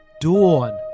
Dawn